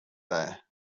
there